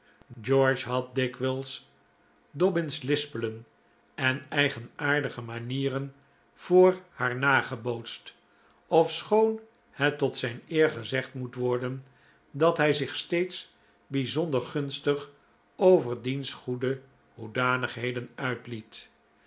george had dikwijls dobbin's lispelen en eigenaardige manieren voor haar nagebootst ofschoon het tot zijn eer gezegd moet worden dat hij zich steeds bijzonder gunstig over diens goede hoedanigheden uitliet